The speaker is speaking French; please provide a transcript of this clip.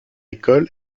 école